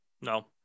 No